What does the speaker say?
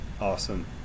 Awesome